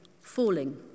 falling